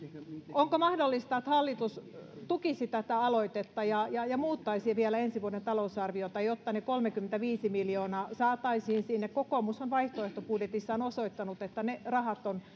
onko mahdollista että hallitus tukisi tätä aloitetta ja ja muuttaisi vielä ensi vuoden talousarviota jotta ne kolmekymmentäviisi miljoonaa saataisiin sinne kokoomus on vaihtoehtobudjetissaan osoittanut että ne rahat on